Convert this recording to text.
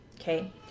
Okay